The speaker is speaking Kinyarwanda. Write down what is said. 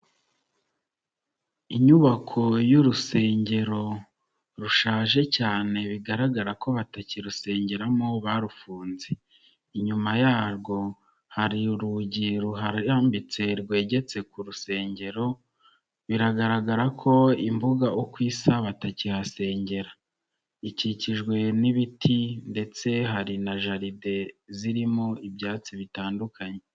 Inyubako y'urusengero rushaje cyane bigaragara ko batakirusengeramo barufunze. Inyuma yarwo hari urugi ruharambitse rwegeretse ku rusengero, biragaragara ko imbuga uko isa batakihasengera. Ikikijwe n'ibiti ndetse hari na jaride zirimo ibyatsi bitandukanye.